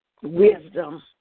wisdom